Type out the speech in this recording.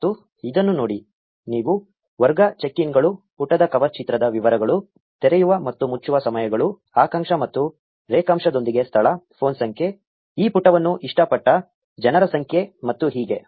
ಮತ್ತು ಇದನ್ನು ನೋಡಿ ನೀವು ವರ್ಗ ಚೆಕ್ ಇನ್ಗಳು ಪುಟದ ಕವರ್ ಚಿತ್ರದ ವಿವರಗಳು ತೆರೆಯುವ ಮತ್ತು ಮುಚ್ಚುವ ಸಮಯಗಳು ಅಕ್ಷಾಂಶ ಮತ್ತು ರೇಖಾಂಶದೊಂದಿಗೆ ಸ್ಥಳ ಫೋನ್ ಸಂಖ್ಯೆ ಈ ಪುಟವನ್ನು ಇಷ್ಟಪಟ್ಟ ಜನರ ಸಂಖ್ಯೆ ಮತ್ತು ಹೀಗೆ